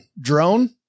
drone